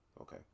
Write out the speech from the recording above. okay